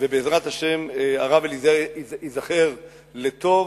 ובעזרת השם הרב אליעזר ייזכר לטוב.